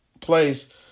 place